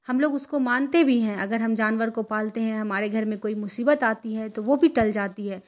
ہم لوگ اس کو مانتے بھی ہیں اگر ہم جانور کو پالتے ہیں ہمارے گھر میں کوئی مصیبت آتی ہے تو وہ بھی ٹل جاتی ہے